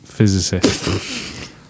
physicist